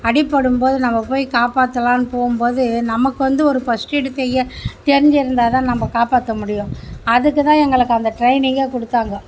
அடிப்படும் போது நம்ப போய் காப்பாற்றலாம்னு போம்போது நமக்கு வந்து ஒரு ஃபர்ஸ்ட் எய்டு செய்ய தெரிஞ்சிருந்தா தான் நம்ப காப்பாற்ற முடியும் அதுக்கு தான் எங்களுக்கு அந்த டிரைனிங்கே கொடுத்தாங்க